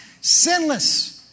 sinless